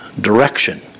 direction